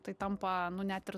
tai tampa nu net ir